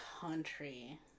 country